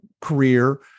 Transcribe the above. career